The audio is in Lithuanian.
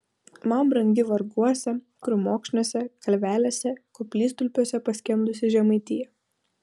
man brangi varguose krūmokšniuose kalvelėse koplytstulpiuose paskendusi žemaitija